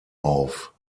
auf